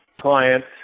clients